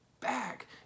back